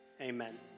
Amen